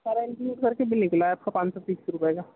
سارا انکلوڈ کر کے بل نکلا ہے آپ کا پانچ سو تیس روپیے کا